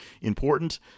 important